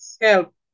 help